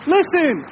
Listen